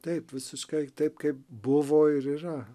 taip visiškai taip kaip buvo ir yra